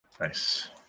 Nice